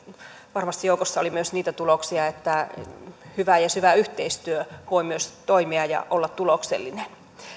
varmasti joukossa oli myös niitä tuloksia että hyvä ja syvä yhteistyö voi myös toimia ja olla tuloksellinen